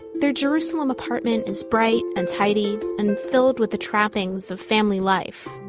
their jerusalem apartment is bright and tidy and filled with the trappings of family life